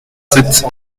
sept